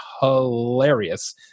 hilarious